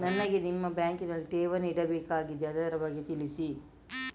ನನಗೆ ನಿಮ್ಮ ಬ್ಯಾಂಕಿನಲ್ಲಿ ಠೇವಣಿ ಇಡಬೇಕಾಗಿದೆ, ಅದರ ಬಗ್ಗೆ ತಿಳಿಸಿ